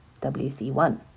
WC1